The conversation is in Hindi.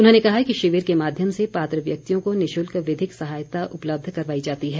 उन्होंने कहा कि शिविर के माध्यम से पात्र व्यक्तियों को निशुल्क विधिक सहायता उपलब्ध करवाई जाती है